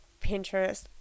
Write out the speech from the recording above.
Pinterest